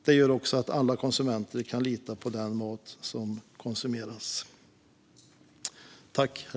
Det gör också att alla konsumenter kan lita på den mat som de konsumerar.